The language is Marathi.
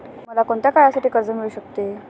मला कोणत्या काळासाठी कर्ज मिळू शकते?